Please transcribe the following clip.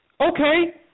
Okay